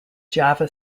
java